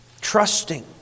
Trusting